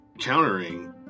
countering